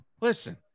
listen